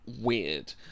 weird